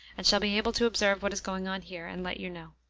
and shall be able to observe what is going on here, and let you know.